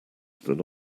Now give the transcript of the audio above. than